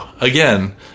Again